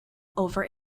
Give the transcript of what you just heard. over